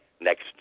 next